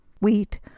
wheat